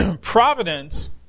providence